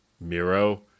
Miro